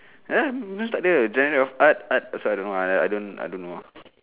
!huh! takde genre of art art sorry I don't know ah I don't I don't know ah